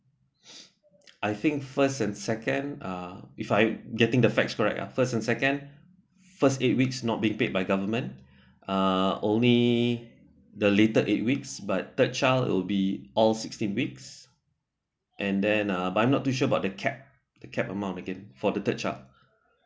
I think first and second uh if I getting the facts correct uh first and second first eight weeks not been paid by government uh only the later eight weeks but third child will be all sixteen weeks and then uh but I'm not too sure about the cap the cap amount again for the third child